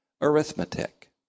arithmetic